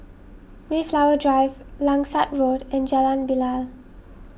Mayflower Drive Langsat Road and Jalan Bilal